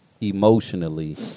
emotionally